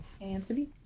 Anthony